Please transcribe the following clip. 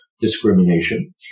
discrimination